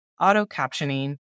auto-captioning